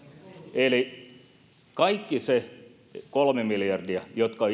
eli kaikki se kolme miljardia jotka